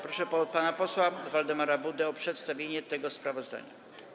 Proszę pana posła Waldemara Budę o przedstawienie tego sprawozdania.